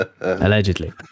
Allegedly